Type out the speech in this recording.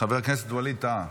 חבר הכנסת ווליד טאהא.